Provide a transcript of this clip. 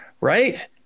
Right